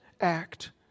act